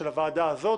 של הוועדה הזאת.